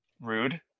Rude